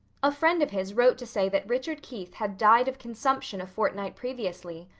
a friend of his wrote to say that richard keith had died of consumption a fortnight previously.